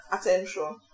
attention